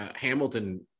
Hamilton